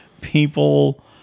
people